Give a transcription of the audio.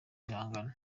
ibihangano